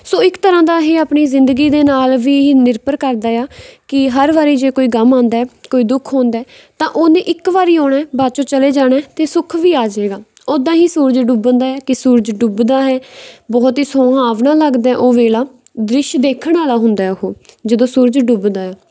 ਸੋ ਇੱਕ ਤਰ੍ਹਾਂ ਦਾ ਇਹ ਆਪਣੀ ਜ਼ਿੰਦਗੀ ਦੇ ਨਾਲ ਵੀ ਨਿਰਭਰ ਕਰਦਾ ਹੈ ਆ ਹੈ ਹਰ ਵਾਰੀ ਜੇ ਕੋਈ ਗਮ ਆਉਂਦਾ ਕੋਈ ਦੁੱਖ ਹੁੰਦਾ ਤਾਂ ਉਹਨੇ ਇੱਕ ਵਾਰੀ ਆਉਣਾ ਬਾਅਦ ਚੋਂ ਚਲੇ ਜਾਣਾ ਅਤੇ ਸੁੱਖ ਵੀ ਆ ਜਾਵੇਗਾ ਉੱਦਾਂ ਹੀ ਸੂਰਜ ਡੁੱਬਣ ਦਾ ਆ ਕਿ ਸੂਰਜ ਡੁੱਬਦਾ ਹੈ ਬਹੁਤ ਹੀ ਸੁਹਾਵਣਾ ਲੱਗਦਾ ਉਹ ਵੇਲਾ ਦ੍ਰਿਸ਼ ਦੇਖਣ ਵਾਲਾ ਹੁੰਦਾ ਉਹ ਜਦੋਂ ਸੂਰਜ ਡੁੱਬਦਾ